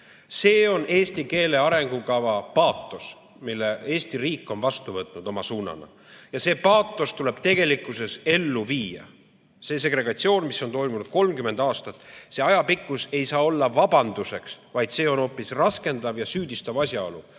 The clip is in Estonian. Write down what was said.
See on eesti keele arengukava paatos, mille Eesti riik on vastu võtnud oma suunana, ja see paatos tuleb tegelikkuses ellu viia. See segregatsioon, mis on toimunud 30 aastat, see aja pikkus ei saa olla vabanduseks, vaid see on hoopis raskendav ja süüdistav asjaolu,